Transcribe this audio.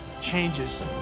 changes